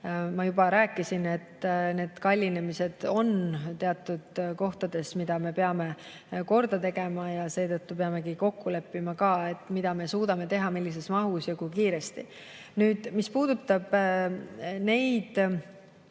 ma juba rääkisin. Need kallinemised on teatud kohtades, mida me peame korda tegema. Ja seetõttu peamegi kokku leppima, mida me suudame teha, millises mahus ja kui kiiresti. Nüüd, mis puudutab just